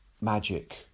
magic